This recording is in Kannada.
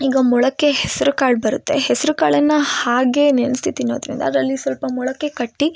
ಈಗ ಮೊಳಕೆ ಹೆಸ್ರು ಕಾಳು ಬರುತ್ತೆ ಹೆಸ್ರು ಕಾಳನ್ನ ಹಾಗೆ ನೆನೆಸಿ ತಿನ್ನೋದರಿಂದ ಅದರಲ್ಲಿ ಸ್ವಲ್ಪ ಮೊಳಕೆ ಕಟ್ಟಿ